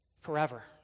forever